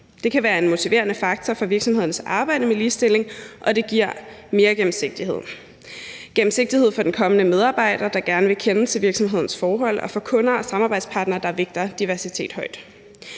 Det kan være en motiverende faktor for virksomhedernes arbejde med ligestilling, og det giver mere gennemsigtighed; gennemsigtighed for den kommende medarbejder, der gerne vil kende til virksomhedens forhold, og for kunder og samarbejdspartnere, der vægter diversitet højt.